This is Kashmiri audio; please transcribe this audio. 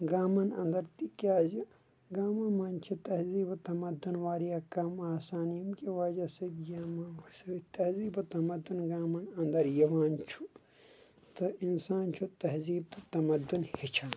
گامن اَنٛدر تِکیازِ گامَن منٛز چھُ تہزیٖب و تَمدُن واریاہ کَم آسان ییٚمہِ کہِ وجہہ سۭتۍ گیمو سۭتۍ تہزیٖب و تمدُن گامَن اَنٛدر یِوان چھُ تہٕ اِنسان چھُ تہزیٖب تہٕ تَمدُن ہٮ۪چھان